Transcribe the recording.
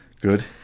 Good